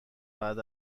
بعد